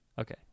Okay